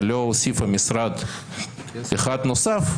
ולא הוסיפה משרד אחד נוסף,